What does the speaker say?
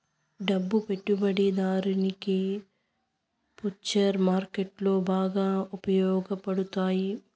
డబ్బు పెట్టుబడిదారునికి ఫుచర్స్ మార్కెట్లో బాగా ఉపయోగపడతాయి